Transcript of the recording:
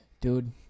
dude